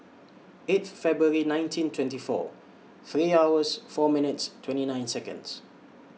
eight February nineteen twenty four three hours four minutes twenty nine Seconds